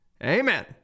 Amen